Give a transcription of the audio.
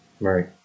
right